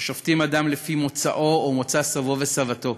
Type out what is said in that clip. ששופטים אדם לפי מוצאו או מוצא סבו וסבתו.